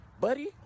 buddy